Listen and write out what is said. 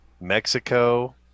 Mexico